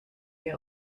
wir